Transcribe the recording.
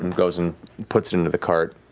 and goes and puts it into the cart.